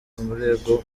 umurego